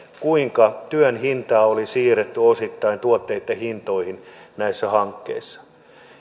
kuinka työn hintaa oli siirretty osittain tuotteitten hintoihin näissä hankkeissa